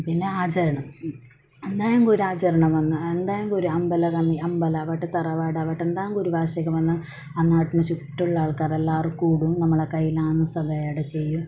പിന്നെ ആചരണം എന്തെങ്കിലും ഒരു ആചരണം വന്നാൽ എന്തെങ്കിലും ഒരു അമ്പലകാ അമ്പലമാവട്ടെ തറവാടാവട്ടെ എന്തെങ്കിലും ഒരു വാർഷികം വന്നാൽ ആ നാട്ടിന് ചുറ്റുമുള്ള ആൾക്കാർ എല്ലാവരും കൂടും നമ്മളാൽ കഴിയുന്ന സഹായം അവിടെ ചെയ്യും